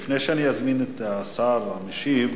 לפני שאני אזמין את השר המשיב,